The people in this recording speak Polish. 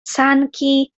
sanki